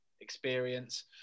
experience